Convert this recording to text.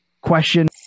question